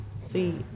See